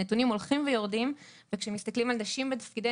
הנתונים הולכים ויורדים וכשמסתכלים על נשים בתפקידי